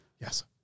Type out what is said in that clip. Yes